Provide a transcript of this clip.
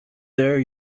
there